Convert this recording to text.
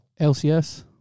LCS